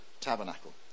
tabernacle